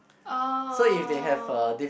oh